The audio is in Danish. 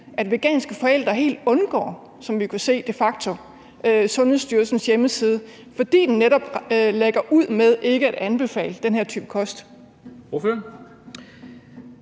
at veganske forældre de facto helt undgår, som vi kan se, Sundhedsstyrelsens hjemmeside, fordi den netop lægger ud med ikke at anbefale den her type kost?